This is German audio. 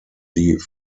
die